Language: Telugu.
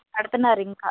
పెడుతున్నారు ఇంకా